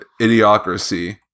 idiocracy